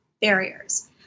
barriers